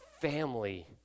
family